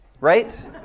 right